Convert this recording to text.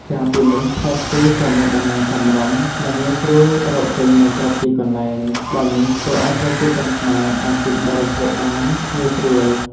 ក្រៅពីនេះ ផ្លែស្ពឺក៏មានតម្លៃសមរម្យ និងងាយស្រួលរកទិញនៅគ្រប់ទីកន្លែង ដែលនេះធ្វើឱ្យប្រជាជនខ្មែរអាចទិញបរិភោគបានងាយស្រួល។